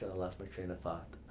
ah left my trail of thought